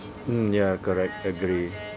mm ya correct agree